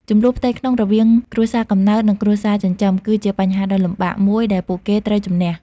ជម្លោះផ្ទៃក្នុងរវាងគ្រួសារកំណើត និងគ្រួសារចិញ្ចឹម គឺជាបញ្ហាដ៏លំបាកមួយដែលពួកគេត្រូវជម្នះ។